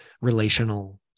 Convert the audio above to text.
relational